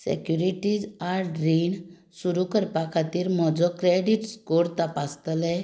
securities आड रीण सुरू करपा खातीर म्हजो क्रेडीट स्कोर तपासतले